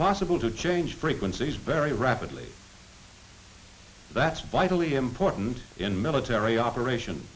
possible to change frequencies very rapidly that's vitally important in military operation